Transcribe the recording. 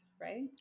right